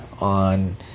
on